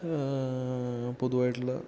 പൊതുവായിട്ടുള്ള